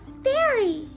Fairy